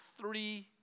three